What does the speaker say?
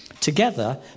Together